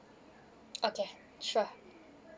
okay sure